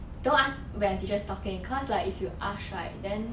don't ask when the teacher is talking cause like if you ask right then